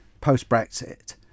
post-brexit